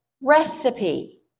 recipe